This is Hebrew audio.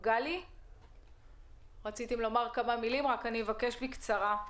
גלי, בבקשה, אבל בקצרה.